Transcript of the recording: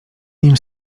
nim